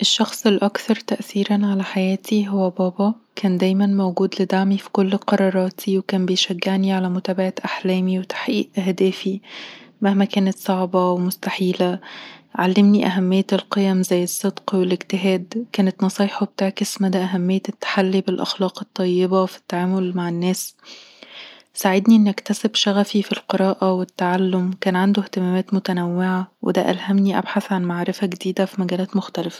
الشخص الأكثر تأثيرًا على حياتي هو بابا كان دايما موجود لدعمي في كل قراراتي. كان بيشجعني على متابعة أحلامي وتحقيق أهدافي، مهما كانت صعبة ومستحيلة علمني أهمية القيم زي الصدق والاجتهاد. كانت نصايحه بتعكس مدى أهمية التحلي بالأخلاق الطيبة في التعامل مع الناس ساعدني أكتسب شغفي في القراءة والتعلم. كان عنده اهتمامات متنوعة، وده ألهمني أبحث عن معرفة جديدة في مجالات مختلفة